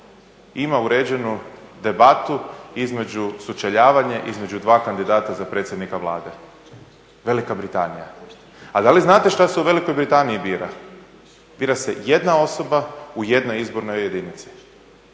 ima uređenu debatu između sučeljavanja, između dva kandidata za predsjednika Vlade, Velika Britanija. A da li znate šta se u Velikoj Britaniji bira? Bira se jedna osoba u jednoj izbornoj jedinici.